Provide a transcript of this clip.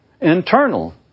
internal